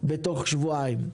תוך שבועיים.